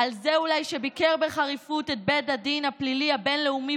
אולי על זה שביקר בחריפות את בית הדין הפלילי הבין-לאומי